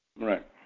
Right